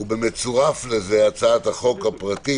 מצורפת לזה הצעת חוק פרטית,